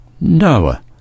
Noah